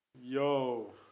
Yo